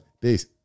Peace